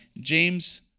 James